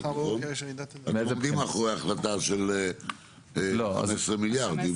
אתם עומדים מאחורי ההחלטה של 11 מיליארד?